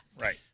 right